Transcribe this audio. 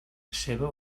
ceba